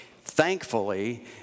thankfully